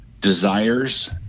desires